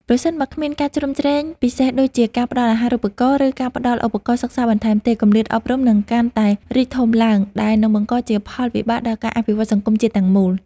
ប្រសិនបើគ្មានការជ្រោមជ្រែងពិសេសដូចជាការផ្តល់អាហារូបករណ៍ ឬការផ្តល់ឧបករណ៍សិក្សាបន្ថែមទេ គម្លាតអប់រំនឹងកាន់តែរីកធំឡើង ដែលនឹងបង្កជាផលវិបាកដល់ការអភិវឌ្ឍសង្គមជាតិទាំងមូល។